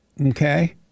Okay